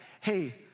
hey